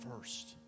first